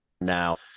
now